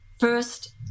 First